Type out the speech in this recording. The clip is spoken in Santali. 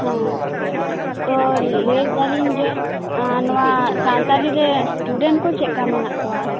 ᱦᱮᱸ ᱛᱚ ᱞᱟᱹᱭ ᱮᱫᱟᱞᱤᱧ ᱡᱮ ᱟᱸ ᱱᱚᱶᱟ ᱥᱟᱶᱛᱟᱞᱤ ᱨᱮᱱ ᱥᱴᱩᱰᱮᱱᱴ ᱠᱚ ᱪᱮᱫ ᱞᱮᱠᱟ ᱢᱮᱱᱟᱜ ᱠᱚᱣᱟ